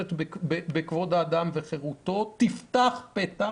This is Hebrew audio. בחוק יסוד: כבוד האדם וחירותו יפתחו פתח